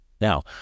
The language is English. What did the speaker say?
Now